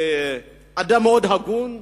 אדם מאוד הגון,